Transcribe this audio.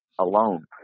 alone